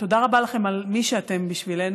תודה רבה לכם על מי שאתם בשבילנו.